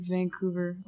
Vancouver